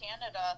Canada